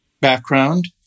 background